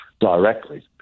directly